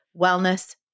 Wellness